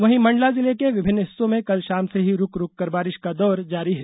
वहीं मंडला जिले के विभिन्न हिस्सों में कल शाम से ही रूक रूक कर बारिश का दौर जारी है